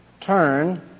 turn